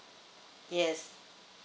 yes